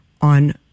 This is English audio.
on